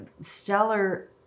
stellar